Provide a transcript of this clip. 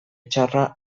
txarra